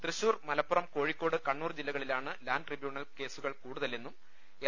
തൃശൂർ മലപ്പുറം കോഴിക്കോട് കണ്ണൂർ ജില്ലകളിലാണ് land tribunal കേസുകൾ കൂടുതലെന്നും എൽ